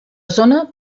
zona